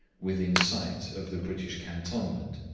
within sight of the british cantonment,